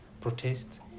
protest